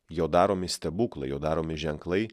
jo daromi stebuklai jo daromi ženklai